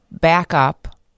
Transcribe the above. backup